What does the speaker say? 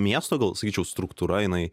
miesto gal sakyčiau struktūra jinai